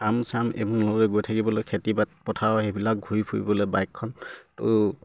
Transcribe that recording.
farm চাম এইবোৰলে গৈ থাকিবলৈ খেতি পথাৰ সেইবিলাক ঘূৰি ফুৰিবলে বাইকখন ত'